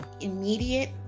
immediate